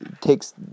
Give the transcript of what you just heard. takes